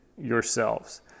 yourselves